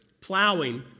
plowing